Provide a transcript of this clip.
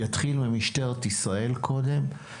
יתחילו עם משטרת ישראל קודם?